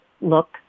look